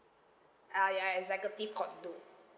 ah ya executive condo